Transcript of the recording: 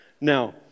Now